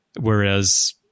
whereas